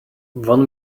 one